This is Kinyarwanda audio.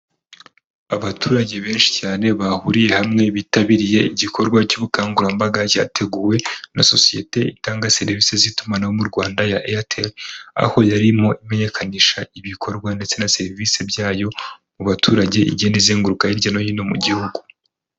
Abaturage benshi cyane bahuriye hamwe bitabiriye igikorwa cy'ubukangurambaga cyateguwe na sosiyete itanga serivisi z'itumanaho mu Rwanda ya Airtel, aho yarimo imenyekanisha ibikorwa ndetse na serivisi byayo mu baturage, igenda izenguruka hirya no hino mu gihugu.